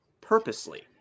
purposely